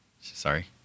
Sorry